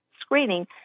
screening